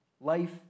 Life